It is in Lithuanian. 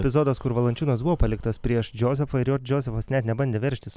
epizodas kur valančiūnas buvo paliktas prieš džozefą ir jo džozefas net nebandė veržtis